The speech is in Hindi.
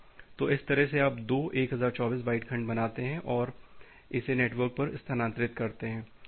तो इस तरह से आप दो 1024 बाइट खंड बनाते हैं और इसे नेटवर्क पर स्थानांतरित करते हैं